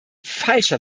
falscher